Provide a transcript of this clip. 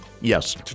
Yes